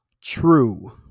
True